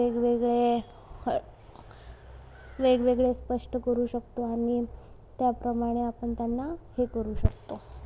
वेगवेगळे वेगवेगळे स्पष्ट करू शकतो आणि त्याप्रमाणे आपण त्यांना हे करू शकतो